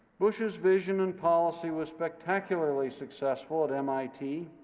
bush's vision and policy was spectacularly successful at mit.